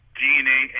dna